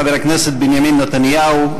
חבר הכנסת בנימין נתניהו,